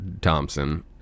thompson